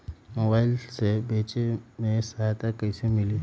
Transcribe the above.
Mobile से बेचे में सहायता कईसे मिली?